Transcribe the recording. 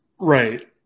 Right